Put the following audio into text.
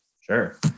Sure